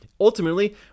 ultimately